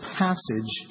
passage